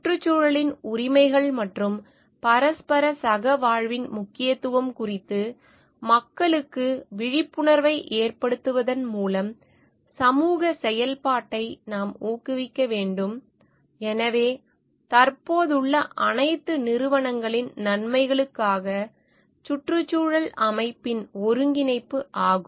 சுற்றுச்சூழலின் உரிமைகள் மற்றும் பரஸ்பர சகவாழ்வின் முக்கியத்துவம் குறித்து மக்களுக்கு விழிப்புணர்வை ஏற்படுத்துவதன் மூலம் சமூக செயல்பாட்டை நாம் ஊக்குவிக்க வேண்டும் எனவே தற்போதுள்ள அனைத்து நிறுவனங்களின் நன்மைகளுக்காக சுற்றுச்சூழல் அமைப்பின் ஒருங்கிணைப்பு ஆகும்